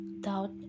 doubt